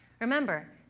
Remember